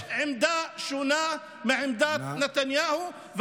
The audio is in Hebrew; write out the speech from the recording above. יש עמדה שונה מעמדת נתניהו,